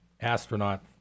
astronaut